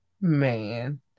man